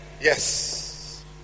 Yes